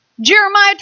Jeremiah